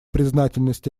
признательность